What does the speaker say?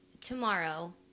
Tomorrow